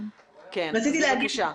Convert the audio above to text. בבקשה.